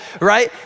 right